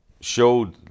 showed